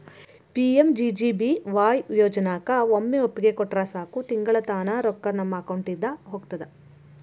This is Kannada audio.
ಪಿ.ಮ್.ಜೆ.ಜೆ.ಬಿ.ವಾಯ್ ಯೋಜನಾಕ ಒಮ್ಮೆ ಒಪ್ಪಿಗೆ ಕೊಟ್ರ ಸಾಕು ತಿಂಗಳಾ ತಾನ ರೊಕ್ಕಾ ನಮ್ಮ ಅಕೌಂಟಿದ ಹೋಗ್ತದ